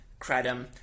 kratom